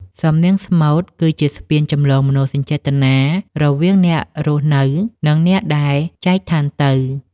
សំនៀងស្មូតគឺជាស្ពានចម្លងមនោសញ្ចេតនារវាងអ្នករស់នៅ និងអ្នកដែលចែកឋានទៅ។